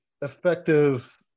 effective